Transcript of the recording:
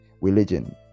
religion